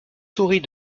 souris